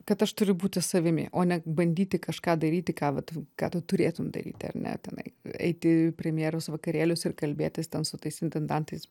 kad aš turiu būti savimi o ne bandyti kažką daryti ką vat ką tu turėtum daryti ar ne tenai eiti į premjeras vakarėlius ir kalbėtis ten su tais intendantais